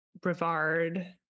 Brevard